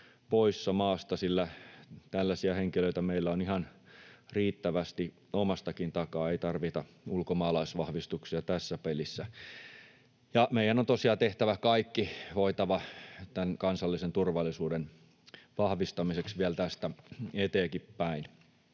poissa maasta, sillä tällaisia henkilöitä meillä on ihan riittävästi omastakin takaa, ei tarvita ulkomaalaisvahvistuksia tässä pelissä. Meidän on tosiaan tehtävä kaikki voitava tämän kansallisen turvallisuuden vahvistamiseksi vielä tästä eteenkinpäin.